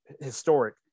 historic